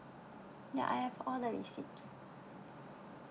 ya I have all the receipts